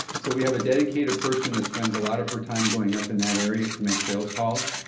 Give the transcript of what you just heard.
so we have a dedicated person that spends a lot of her time going up in that area to make sales calls.